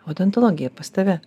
odontologija pas tave